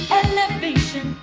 elevation